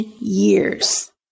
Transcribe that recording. years